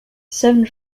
seven